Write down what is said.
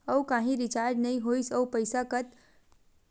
आऊ कहीं रिचार्ज नई होइस आऊ पईसा कत जहीं का करेला पढाही?